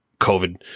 COVID